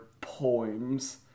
poems